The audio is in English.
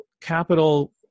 Capital